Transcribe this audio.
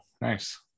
nice